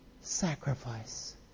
sacrifice